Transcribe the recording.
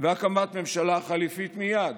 והקמת ממשלה חליפית מייד